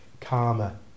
karma